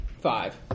Five